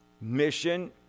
Mission